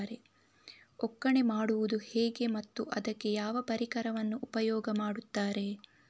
ಒಕ್ಕಣೆ ಮಾಡುವುದು ಹೇಗೆ ಮತ್ತು ಅದಕ್ಕೆ ಯಾವ ಪರಿಕರವನ್ನು ಉಪಯೋಗ ಮಾಡುತ್ತಾರೆ?